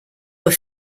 were